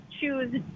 choose